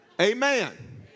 Amen